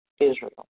Israel